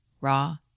raw